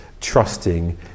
trusting